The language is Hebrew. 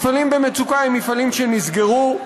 מפעלים במצוקה הם מפעלים שנסגרו,